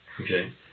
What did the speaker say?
okay